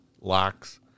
locks